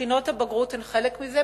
בחינות הבגרות הן חלק מזה,